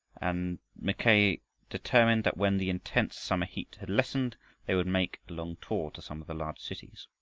and mackay determined that when the intense summer heat had lessened they would make a long tour to some of the large cities.